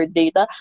data